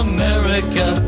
America